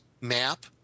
map